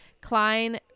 Klein